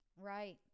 Right